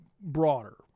broader